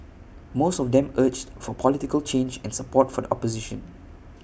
most of them urged for political change and support for the opposition